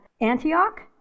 Antioch